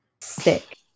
Sick